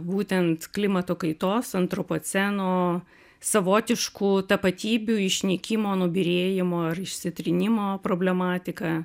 būtent klimato kaitos antropoceno savotiškų tapatybių išnykimo nubyrėjimo ar išsitrynimo problematiką